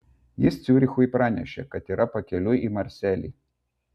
jis ciurichui pranešė kad yra pakeliui į marselį